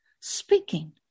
speaking